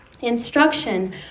instruction